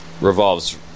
revolves